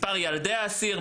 מספר ילדי האסיר,